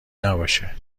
نباشه